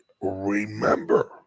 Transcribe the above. remember